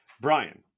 Brian